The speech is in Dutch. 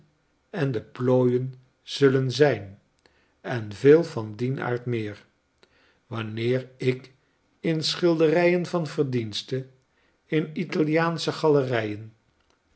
en de plooien zullen zijn en veel van dien aard meer wanneer ik in schilderijen van verdienste in italiaansche galerijen